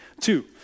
two